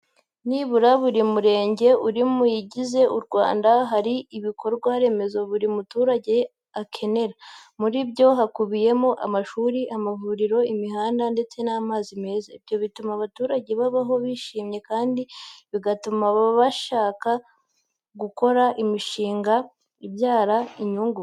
Nibura muri buri murenge uri muyigize u Rwanda, hari ibikorwa remezo buri muturage akenera. Muri byo hakubiyemo: amashuri, amavuriro, imihanda ndetse n'amazi meza. Ibyo bituma abaturage babaho bishimye kandi bigatuma babasha gukora imishinga ibyara inyungu.